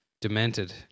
demented